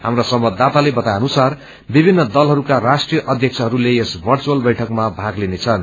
झप्रा संवाददाताले बताए अनुसार विभिन्न दलहरूका राष्ट्रीय अध्यक्षहरूले यस भर्व्यूल बैठकमा भाग लिनेछन्